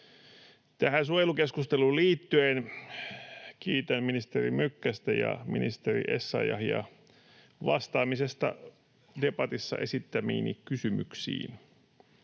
Tähän suojelukeskusteluun liittyen kiitän ministeri Mykkästä ja ministeri Essayahia vastaamisesta debatissa esittämiini kysymyksiin.